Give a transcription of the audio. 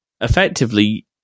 effectively